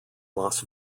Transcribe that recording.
las